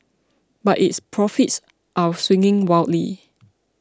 but its profits are swinging wildly